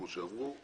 כפי שאמרו,